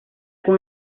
con